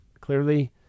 clearly